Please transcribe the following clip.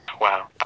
wow